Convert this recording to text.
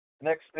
Next